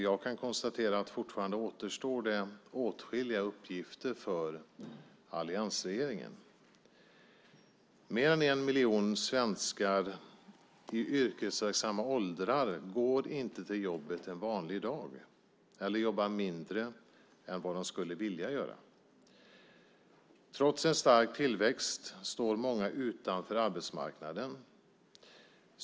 Jag kan konstatera att det fortfarande återstår åtskilliga uppgifter för alliansregeringen. Mer än en miljon svenskar i yrkesverksamma åldrar går inte till jobbet en vanlig dag eller jobbar mindre än vad de skulle vilja göra. Trots en stark tillväxt står många utanför arbetsmarknaden.